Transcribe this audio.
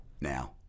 now